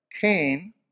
Cain